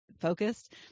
focused